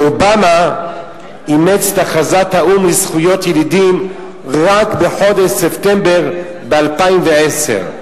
ואובמה אימץ את הכרזת האו"ם לזכויות ילידים רק בחודש ספטמבר 2010,